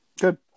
good